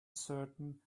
certain